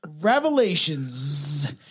revelations